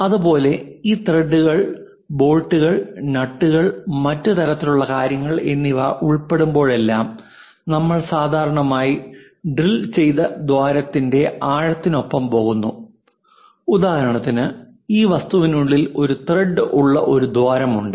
അതുപോലെ ഈ ത്രെഡുകൾ ബോൾട്ടുകൾ നട്ടുകൾ മറ്റ് തരത്തിലുള്ള കാര്യങ്ങൾ എന്നിവ ഉൾപ്പെടുമ്പോഴെല്ലാം നമ്മൾ സാധാരണയായി ഡ്രിൽ ചെയ്ത ദ്വാരത്തിന്റെ ആഴത്തിനൊപ്പം പോകുന്നു ഉദാഹരണത്തിന് ഈ വസ്തുവിനുള്ളിൽ ഒരു ത്രെഡ് ഉള്ള ഒരു ദ്വാരമുണ്ട്